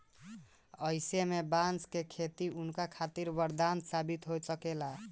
अईसे में बांस के खेती उनका खातिर वरदान साबित हो सकता